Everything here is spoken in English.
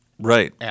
Right